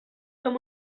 som